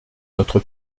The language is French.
notre